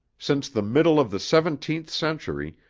since the middle of the seventeenth century,